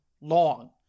long